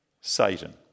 Satan